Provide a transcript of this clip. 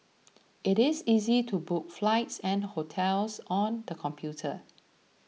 it is easy to book flights and hotels on the computer